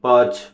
पाच